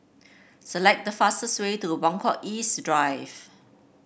select the fastest way to Buangkok East Drive